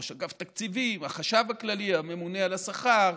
ראש אגף תקציבים, החשב הכללי, הממונה על השכר,